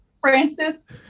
Francis